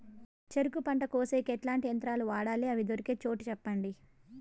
చెరుకు పంట కోసేకి ఎట్లాంటి యంత్రాలు వాడాలి? అవి దొరికే చోటు చెప్పండి?